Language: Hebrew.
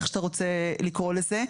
איך שאתה רוצה לקרוא לזה,